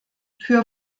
für